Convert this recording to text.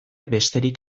besterik